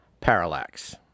Parallax